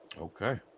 Okay